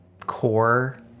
core